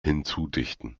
hinzudichten